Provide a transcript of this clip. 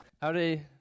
Howdy